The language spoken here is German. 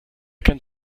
kennt